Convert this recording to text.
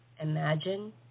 Imagine